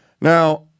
Now